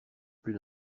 plus